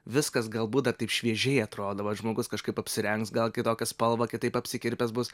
viskas galbūt dar taip šviežiai atrodo vat žmogus kažkaip apsirengs gal kitokią spalvą kitaip apsikirpęs bus